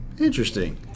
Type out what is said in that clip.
interesting